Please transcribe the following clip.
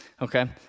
okay